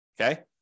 Okay